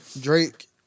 Drake